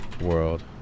world